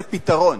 זה פתרון.